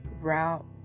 route